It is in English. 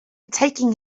taking